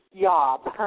job